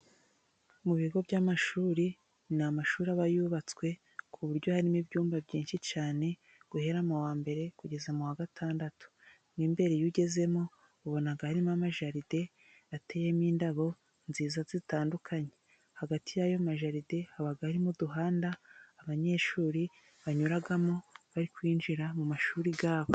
Mu bigo by'amashuri ni amashuri aba yubatswe ku buryo harimo ibyumba byinshi cyane guhera mu wa mbere kugeza mu wa gatandatu ,mimbere iyo ugezemo ubona harimo amajaride ateyemo indabo nziza zitandukanye, hagati y'ayo majaride haba harimo uduhanda abanyeshuri banyuramo bari kwinjira mu mashuri yabo.